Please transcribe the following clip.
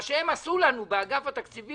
אתם לא יודעים מה שהם עשו לנו באגף התקציבים,